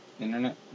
internet